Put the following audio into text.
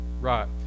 Right